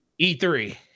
e3